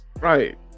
Right